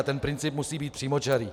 A ten princip musí být přímočarý.